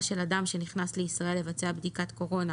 של אדם שנכנס לישראל לבצע בדיקת קורונה